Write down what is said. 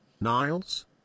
Niles